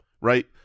right